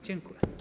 Dziękuję.